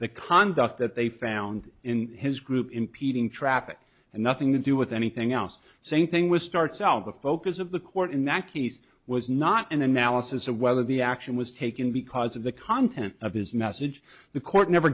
the conduct that they found in his group impeding traffic and nothing to do with anything else same thing with starts out of focus of the court in that case was not an analysis of whether the action was taken because of the content of his message the court never